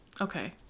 okay